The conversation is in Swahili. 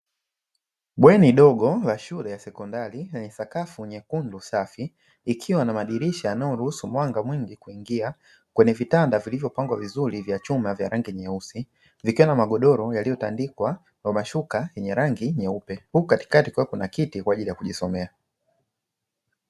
Bweni dogo la shule ya sekondari, lenye sakafu nyekundu safi, ikiwa na madirisha yanayoruhusu mwanga mwingi kuingia, kwenye vitanda vilivyopangwa vizuri vya chuma vya rangi nyeusi, vikiwa na magodoro yaliyotandikwa na mashuka yenye rangi nyeupe, huku katikati kukiwa kuna kiti kwa ajili ya kujisomea.